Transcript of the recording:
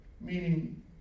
meaning